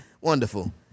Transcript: Wonderful